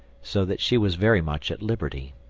so that she was very much at liberty.